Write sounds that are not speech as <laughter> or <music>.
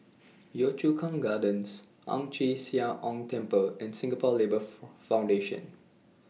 Yio Chu Kang Gardens Ang Chee Sia Ong Temple and Singapore Labour <hesitation> Foundation